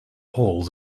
holes